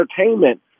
entertainment